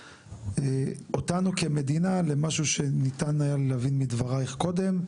אותנו כמדינה למשהו שניתן היה להבין מדברייך קודם,